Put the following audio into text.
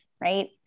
right